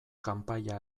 kanpaia